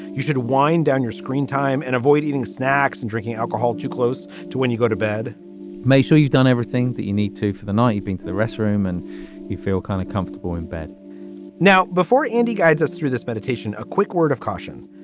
you should wind down your screen time and avoid eating snacks and drinking alcohol. too close to when you go to bed make sure you've done everything that you need to for the night. you've been to the restroom and you feel kind of comfortable in bed now, before andy guides us through this meditation, a quick word of caution.